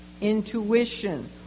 Intuition